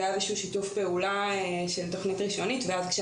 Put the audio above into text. זה היה בשביל שיתוף פעולה לתכנית ראשונית ואז כאשר